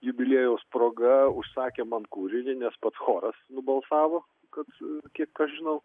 jubiliejaus proga užsakė man kūrinį nes pats choras nubalsavo kad kiek aš žinau